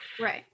Right